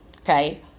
Okay